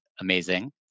amazing